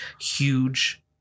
huge